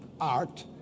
art